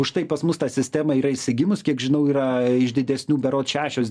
užtai pas mus ta sistema yra išsigimus kiek žinau yra iš didesnių berods šešios